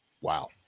wow